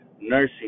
nursing